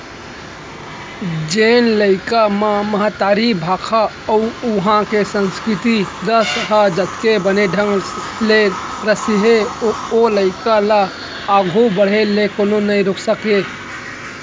जेन लइका म महतारी भाखा अउ उहॉं के संस्कृति रस ह जतका बने ढंग ले रसही ओ लइका ल आघू बाढ़े ले कोनो नइ रोके सकयँ